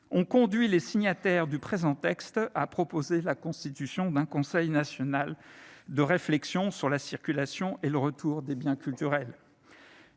ont conduit les signataires du présent texte à proposer la constitution d'un Conseil national de réflexion sur la circulation et le retour des biens culturels